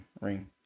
ring